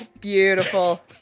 Beautiful